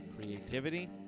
creativity